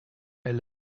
elle